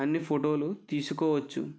అన్ని ఫోటోలు తీసుకోవచ్చు